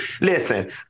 listen